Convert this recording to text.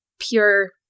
pure